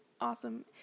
awesome